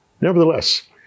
nevertheless